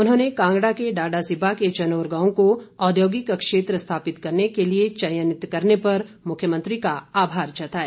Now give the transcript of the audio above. उन्होंने कांगड़ा के डाडासीबा के चनोर गांव को औद्योगिक क्षेत्र स्थापित करने के लिए चयनित करने पर मुख्यमंत्री का आभार जताया